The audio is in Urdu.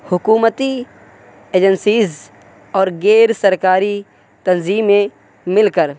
حکومتی ایجنسیز اور غیرسرکاری تنظیمیں مل کر